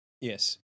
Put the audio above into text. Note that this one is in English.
Yes